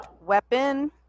Weapon